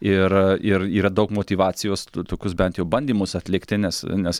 ir ir yra daug motyvacijos tokius bent jau bandymus atlikti nes nes